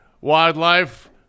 Wildlife